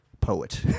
poet